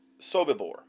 Sobibor